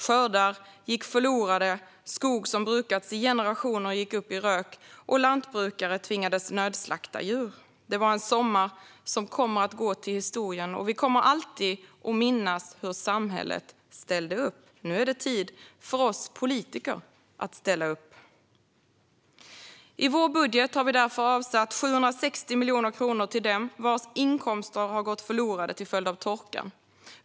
Skördar gick förlorade, skog som brukats i generationer gick upp i rök och lantbrukare tvingades nödslakta djur. Det var en sommar som kommer att gå till historien, och vi kommer alltid att minnas hur samhället ställde upp. Nu är det tid för oss politiker att ställa upp. I vår budget har vi därför avsatt 760 miljoner kronor till dem vars inkomster har gått förlorade till följd av torkan.